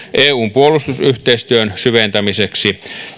eun puolustusyhteistyön syventämiseksi